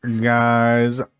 guys